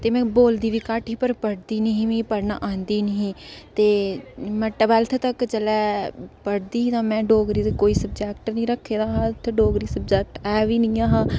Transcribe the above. ते में बोलदी बी घट्ट ही पर पढ़दी निं ही मिगी पढ़ना आंदी निं ही ते में ट्वैल्फ्थ तक्क जेल्लै पढ़दी ही ते में डोगरी दा कोई सब्जैक्ट बी रक्खे दा हा उत्थें डोगरी सब्जेक्ट ऐ बी निं हा